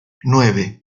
nueve